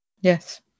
Yes